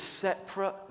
separate